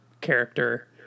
character